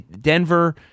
Denver